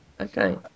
Okay